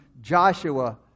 Joshua